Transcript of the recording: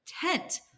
tent